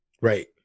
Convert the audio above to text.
Right